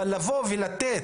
אבל לבוא ולתת